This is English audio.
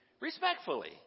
respectfully